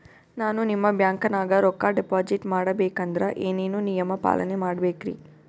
ನಾನು ನಿಮ್ಮ ಬ್ಯಾಂಕನಾಗ ರೊಕ್ಕಾ ಡಿಪಾಜಿಟ್ ಮಾಡ ಬೇಕಂದ್ರ ಏನೇನು ನಿಯಮ ಪಾಲನೇ ಮಾಡ್ಬೇಕ್ರಿ?